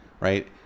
right